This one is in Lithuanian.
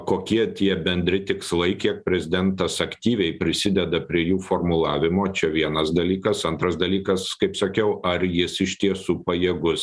kokie tie bendri tikslai kiek prezidentas aktyviai prisideda prie jų formulavimo čia vienas dalykas antras dalykas kaip sakiau ar jis iš tiesų pajėgus